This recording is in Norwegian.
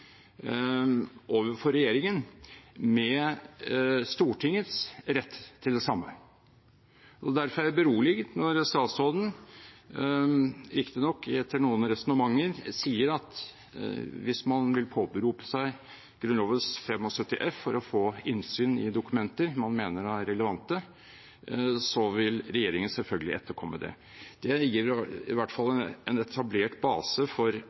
overfor regjeringen, blander det sammen med Stortingets rett til det samme. Derfor er jeg beroliget når statsråden – riktignok etter noen resonnementer – sier at hvis man vil påberope seg Grunnloven § 75 f for å få innsyn i dokumenter man mener er relevante, vil regjeringen selvfølgelig etterkomme det. Det gir i hvert fall en etablert base for